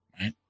right